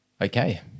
Okay